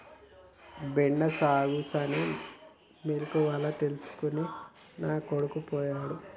బెండ సాగుసేనే మెలకువల తెల్సుకోనికే నా కొడుకు పోయిండు